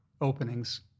openings